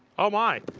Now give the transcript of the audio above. oh, my.